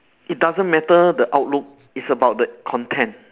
it doesn't matter the outlook it's about the content